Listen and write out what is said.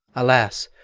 alas,